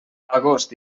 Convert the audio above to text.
agost